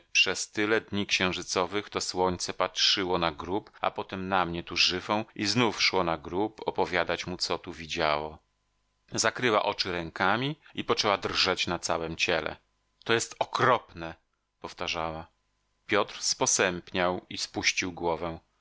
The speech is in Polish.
przez tyle dni księżycowych to słońce patrzyło na grób a potem na mnie tu żywą i znów szło na grób opowiadać mu co tu widziało zakryła oczy rękami i poczęła drżeć na całem ciele to jest okropne powtarzała piotr sposępniał i spuścił głowę